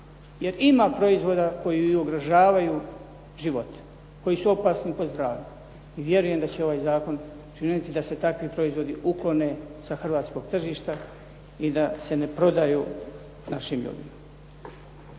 jer ima proizvoda koji i ugrožavaju život, koji su opasni po zdravlje i vjerujem da će ovaj zakon pridonijeti da se takvi proizvodi uklone sa hrvatskog tržišta i da se ne prodaju našim ljudima.